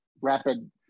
rapid